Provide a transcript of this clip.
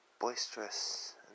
boisterous